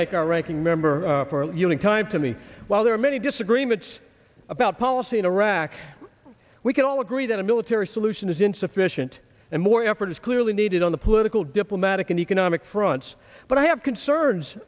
thank our ranking member for human kind to me while there are many disagreements about policy in iraq we can all agree that a military solution is insufficient and more effort is clearly needed on the political diplomatic and economic fronts but i have concerns